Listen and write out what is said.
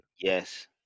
Yes